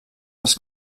dels